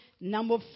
number